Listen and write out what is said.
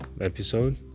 episode